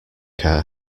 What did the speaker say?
car